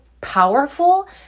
powerful